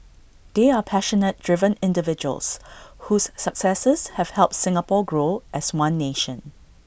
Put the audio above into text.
they are passionate driven individuals whose successes have helped Singapore grow as one nation